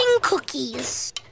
cookies